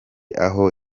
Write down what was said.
aho